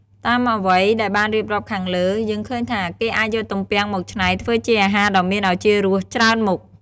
តាមអ្វីដែលបានរៀបរាប់ខាងលើ យើងឃើញថាគេអាចយកទំពាំងមកច្នៃធ្វើជាអាហារដ៏មានឱជារសច្រើនមុខ។